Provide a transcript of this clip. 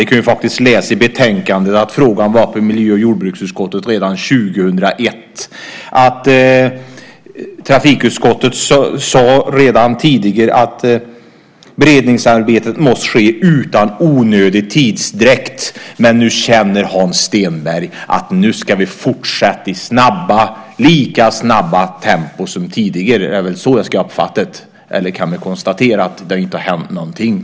I betänkandet kan vi läsa att frågan faktiskt var uppe i miljö och jordbruksutskottet redan 2001. Trafikutskottet har tidigare sagt att beredningsarbetet måste ske utan onödig tidsutdräkt, och nu anser Hans Stenberg att vi ska fortsätta att ha ett lika snabbt tempo som tidigare. Är det så jag ska uppfatta det, eller kan vi konstatera att det tidigare inte hänt någonting?